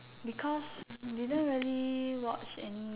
because I didn't really watch any